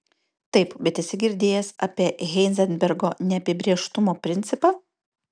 taip bet esi girdėjęs apie heizenbergo neapibrėžtumo principą